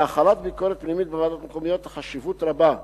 להחלת הביקורת הפנימית בוועדות המקומיות חשיבות רבה,